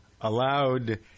allowed